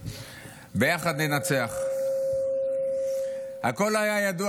ברכותיי לכל המכובדים בכל מקום.